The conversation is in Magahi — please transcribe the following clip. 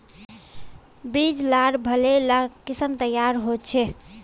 बीज लार भले ला किसम तैयार होछे